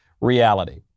reality